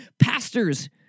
pastors